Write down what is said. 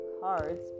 cards